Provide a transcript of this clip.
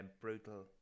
brutal